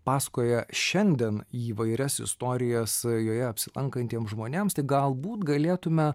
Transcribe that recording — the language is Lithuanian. pasakoja šiandien įvairias istorijas joje apsilankantiem žmonėms tai galbūt galėtume